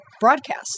broadcast